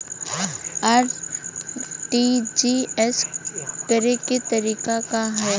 RTGS करे के तरीका का हैं?